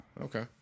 Okay